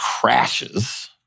crashes